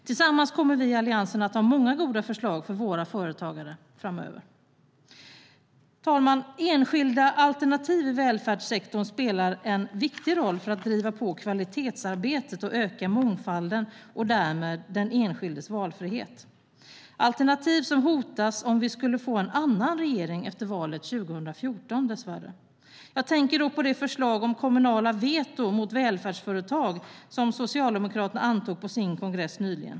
Tillsammans kommer vi i Alliansen att ha många goda förslag framöver för våra företagare. Herr talman! Enskilda alternativ i välfärdssektorn spelar en viktig roll för att driva på kvalitetsarbetet och öka mångfalden och därmed den enskildes valfrihet. Det är alternativ som dess värre hotas om vi skulle få en annan regering efter valet 2014. Jag tänker på det förslag om kommunalt veto mot välfärdsföretag som Socialdemokraterna antog på sin kongress nyligen.